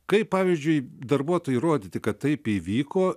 kaip pavyzdžiui darbuotojui įrodyti kad taip įvyko